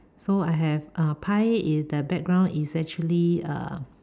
so I have uh pie i~ the background is actually err